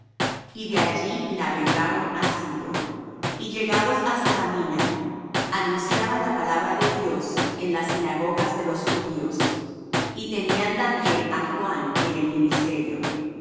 y de allí navegaron á cipro y llegados á salamina anunciaban la palabra de dios en las sinagogas de los judíos y tenían también á juan en el ministerio